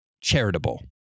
charitable